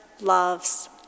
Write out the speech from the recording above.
loves